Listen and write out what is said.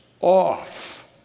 off